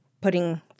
putting